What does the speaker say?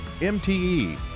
MTE